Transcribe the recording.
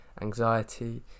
anxiety